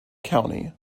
county